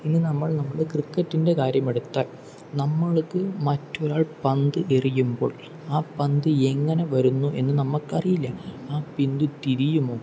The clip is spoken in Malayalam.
ഇനി നമ്മൾ നമ്മുടെ ക്രിക്കറ്റിൻ്റെ കാര്യമെടുത്താൽ നമ്മൾക്ക് മറ്റൊരാൾ പന്ത് എറിയുമ്പോൾ ആ പന്ത് എങ്ങനെ വരുന്നു എന്ന് നമ്മൾക്കറിയില്ല ആ പന്ത് തിരിയുമോ